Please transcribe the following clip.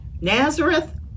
Nazareth